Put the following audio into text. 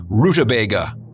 rutabaga